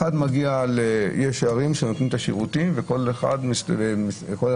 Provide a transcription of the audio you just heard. יש ערים שנותנות את השירותים וכל אחד נעזר,